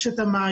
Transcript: יש את המעיינות.